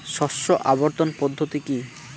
শস্য আবর্তন পদ্ধতি কি?